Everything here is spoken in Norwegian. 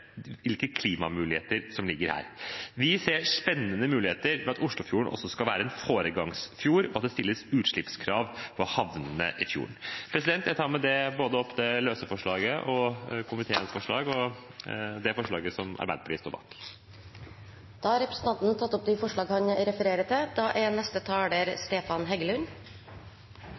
hvilke klimamuligheter som ligger her. Vi ser spennende muligheter for at Oslofjorden også skal være en foregangsfjord, og at det stilles utslippskrav ved havnene i fjorden. Jeg tar med dette opp både det løse forslaget – komiteens forslag – og forslaget fra Arbeiderpartiet, SV og Miljøpartiet De Grønne. Representanten Åsmund Aukrust har tatt opp de forslagene han refererte til.